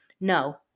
no